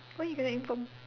why you cannot inform